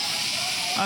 קבלו את השר המסכם.